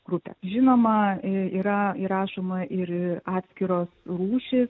grupė žinoma yra įrašoma ir atskiros rūšys